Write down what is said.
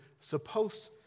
supposed